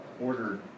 ordered